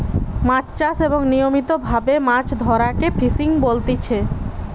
মাছ চাষ এবং নিয়মিত ভাবে মাছ ধরাকে ফিসিং বলতিচ্ছে